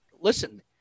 listen